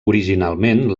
originalment